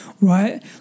right